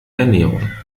ernährung